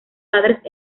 padres